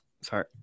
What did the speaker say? sorry